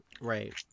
Right